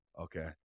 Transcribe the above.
okay